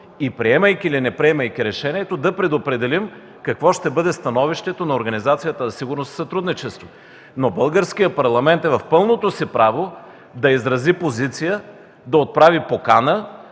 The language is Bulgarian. и приемайки или неприемайки решението да предопределим какво ще бъде становището на Организацията за сигурност и сътрудничество. Българският парламент е в пълното си право да изрази позиция, да отправи покана.